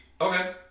okay